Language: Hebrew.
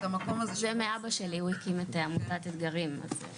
זה מאבא שלי, הוא הקים את עמותת אתגרים.